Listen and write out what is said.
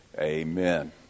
amen